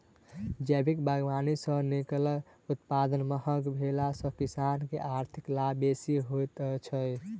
जैविक बागवानी सॅ निकलल उत्पाद महग भेला सॅ किसान के आर्थिक लाभ बेसी होइत छै